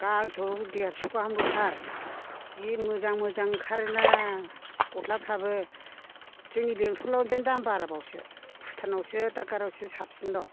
गांसेयाव देरस' गाहामल'थार जि मोजां मोजां ओंखारोना गस्लाफ्राबो जोंनि बेंथलावनोदेन दाम बारा बावसो भुटानावसो दादगारियावसो साबसिनबाव